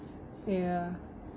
ya